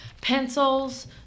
pencils